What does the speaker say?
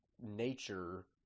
nature